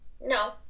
No